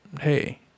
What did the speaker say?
hey